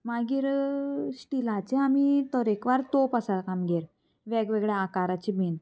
मागीर स्टिलाचे आमी तरेकवार तोप आसा आमगेर वेगवेगळ्या आकाराची बीन